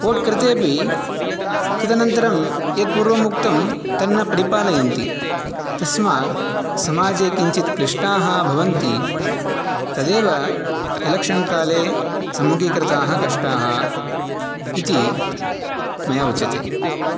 vote कृतेपि तदनन्तरं यत्पूर्वम् उक्तं तन्न परिपालयन्ति तस्मात् समाजे किञ्चित् क्लिष्टाः भवन्ति तदेव एलेक्शन् काले सम्मुखीकृताः कष्टाः इति मया उच्यते